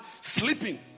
sleeping